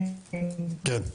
בסדר.